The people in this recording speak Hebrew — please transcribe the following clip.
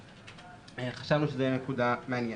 חשבנו שזו נקודה מעניינת.